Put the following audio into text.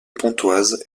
pontoise